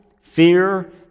fear